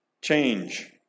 change